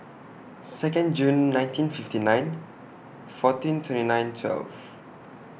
Second June nineteen fifty nine fourteen twenty nine twelve